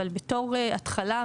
אבל בתור התחלה,